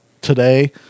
today